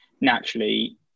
naturally